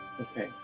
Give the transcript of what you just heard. Okay